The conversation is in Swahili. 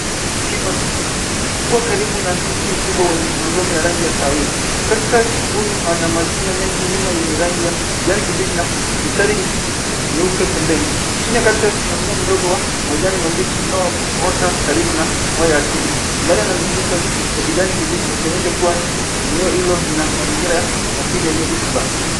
Wenye miba mingi. Ukikuwa karibu na mti mkubwa wenye mangome ya rangi ya kahawia. Cactus huyu hana mashina mengi wima yenye rangi ya kijani kibichi na mistari nyeupe pembeni. Chini ya cactus kuna mmea mdogo wa majani mabichi unaoota karibu na mawe ya asili. Mandari yanazunguka ni ya kijani kibichi yakionyesha kuwa eneo hilo lina mazingira ya asili yenye rutuba.